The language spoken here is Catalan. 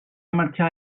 marxar